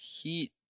heat